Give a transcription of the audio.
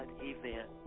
event